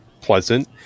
pleasant